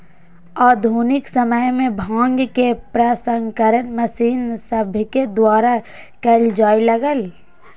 आधुनिक समय में भांग के प्रसंस्करण मशीन सभके द्वारा कएल जाय लगलइ